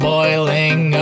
Boiling